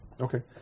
Okay